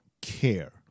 care